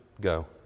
go